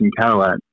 Cadillac